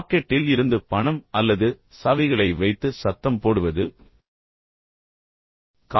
பாக்கெட்டில் இருந்து பணம் அல்லது சாவிகளை வைத்து சத்தம் போடுவது எனவே நீங்கள் சில சாவிகளை வைத்திருக்கிறீர்கள் ஆனால் அதை கொண்டு சத்தம் செய்கிறீர்கள்